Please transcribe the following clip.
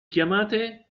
chiamate